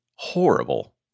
horrible